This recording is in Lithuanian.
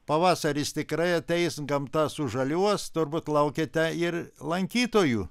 pavasaris tikrai ateis gamta sužaliuos turbūt laukiate ir lankytojų